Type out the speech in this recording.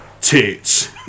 tits